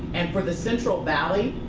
and for the central valley,